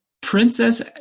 Princess